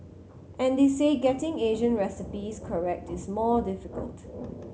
and they say getting Asian recipes correct is more difficult